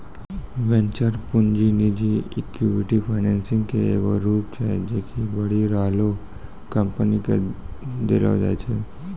venture पूंजी निजी equity financing के एगो रूप छै जे कि बढ़ि रहलो कंपनी के देलो जाय छै